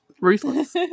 ruthless